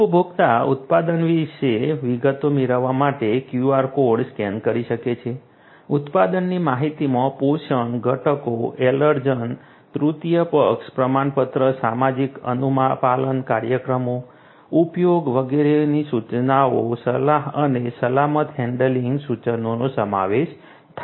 ઉપભોક્તા ઉત્પાદન વિશે વિગતો મેળવવા માટે QR કોડ સ્કેન કરી શકે છે ઉત્પાદનની માહિતીમાં પોષણ ઘટકો એલર્જન તૃતીય પક્ષ પ્રમાણપત્ર સામાજિક અનુપાલન કાર્યક્રમો ઉપયોગ માટેની સૂચનાઓ સલાહ અને સલામત હેન્ડલિંગ સૂચનાનો સમાવેશ થાય છે